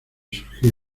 surgir